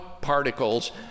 particles